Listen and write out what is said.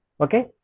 Okay